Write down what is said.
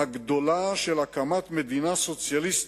הגדולה של הקמת מדינה סוציאליסטית,